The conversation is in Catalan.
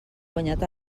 guanyat